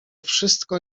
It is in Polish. wszystko